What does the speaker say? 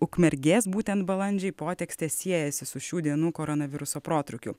ukmergės būtent balandžiai potekstė siejasi su šių dienų koronaviruso protrūkiu